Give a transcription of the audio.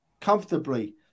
comfortably